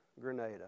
Grenada